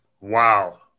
Wow